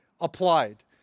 applied